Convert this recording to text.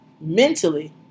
mentally